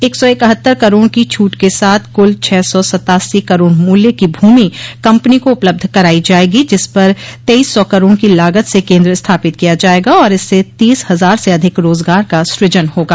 एक सौ इकहत्तर करोड़ की छूट के साथ कुल छह सौ सत्तासी करोड़ मूल्य की भूमि कम्पनी को उपलब्ध कराई जायेगी जिस पर तेईस सौ करोड़ की लागत से केन्द्र स्थापित किया जायेगा और इससे तीस हजार से अधिक रोजगार का सजन होगा